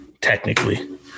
technically